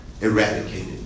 eradicated